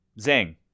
Zing